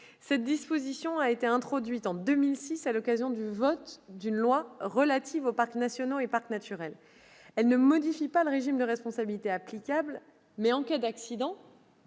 Cette disposition a été introduite en 2006 à l'occasion du vote d'une loi relative aux parcs nationaux et parcs naturels. Elle ne modifie pas le régime de responsabilité applicable, mais, en cas d'accident,